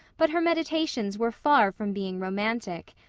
but her meditations were far from being romantic.